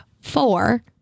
four